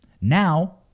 Now